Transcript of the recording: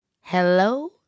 Hello